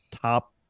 top